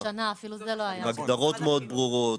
עם הגדרות מאוד ברורות.